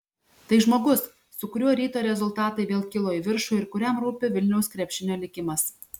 tai žmogus su kuriuo ryto rezultatai vėl kilo į viršų ir kuriam rūpi vilniaus krepšinio likimas